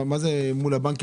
מה זה מול הבנקים,